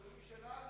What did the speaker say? אבל הוא משלנו.